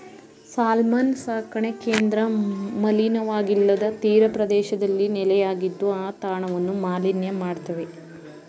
salmon ಸಾಕಣೆ ಕೇಂದ್ರ ಮಲಿನವಾಗಿಲ್ಲದ ತೀರಪ್ರದೇಶದಲ್ಲಿ ನೆಲೆಯಾಗಿದ್ದು ಆ ತಾಣವನ್ನು ಮಾಲಿನ್ಯ ಮಾಡ್ತವೆ